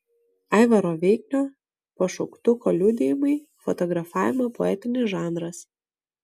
aivaro veiknio paukštuko liudijimai fotografavimo poetinis žanras